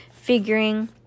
figuring